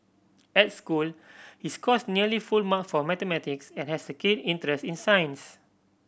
at school he scores nearly full mark for mathematics and has a keen interest in science